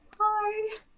Hi